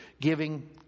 giving